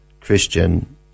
Christian